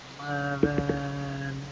eleven